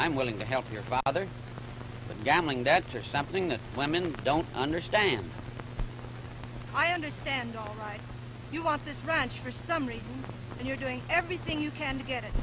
i'm willing to help your father the gambling debts are something the women don't understand i understand all right you want this ranch for some reason and you're doing everything you can get it